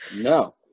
No